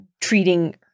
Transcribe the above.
treating